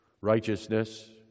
Righteousness